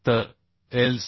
तर Lc